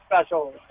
special